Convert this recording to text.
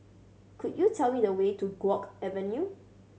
could you tell me the way to Guok Avenue